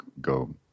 go